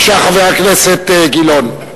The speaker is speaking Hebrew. בבקשה, חבר הכנסת גילאון.